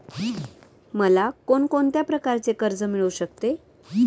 मला कोण कोणत्या प्रकारचे कर्ज मिळू शकते?